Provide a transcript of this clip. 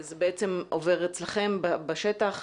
זה בעצם עובר אצלכם בשטח,